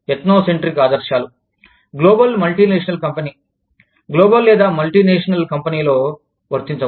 ఎత్నోసెంట్రిక్ఆదర్శాలు global multinational company global లేదా multinational కంపెనీలో వర్తించవు